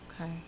Okay